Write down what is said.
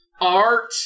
art